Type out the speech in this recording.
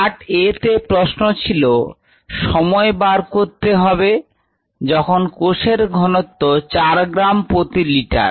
part a তে প্রশ্ন ছিল সময় বার করতে হবে যখন কোষের ঘনত্ব 4 গ্রাম প্রতি লিটার